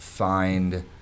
Find